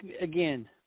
again